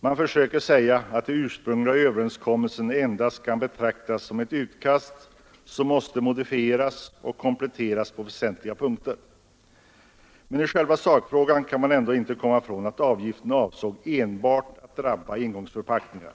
Man säger att den ursprungliga överenskommelsen endast kan betraktas som ett utkast, som måste modifieras och kompletteras på väsentliga punkter. Men i själva sakfrågan går det inte att komma ifrån att vi avsåg att avgiften skulle drabba enbart engångsförpackningar.